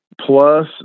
plus